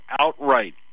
outright